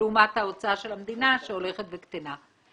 לעומת ההוצאה של המדינה שהולכת וקטנה.